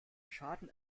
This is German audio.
schaden